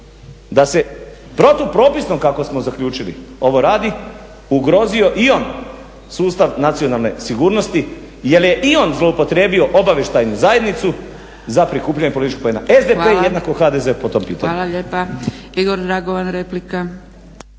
da se protupropisno kako smo zaključili ovo radi ugrozio i on sustav nacionalne sigurnosti jer je i on zloupotrijebio obavještajnu zajednicu za prikupljanje političkih poena. SDP je jednako HDZ-u po tom pitanju. **Zgrebec, Dragica (SDP)** Hvala lijepa. Igor Dragovan, replika.